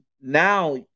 now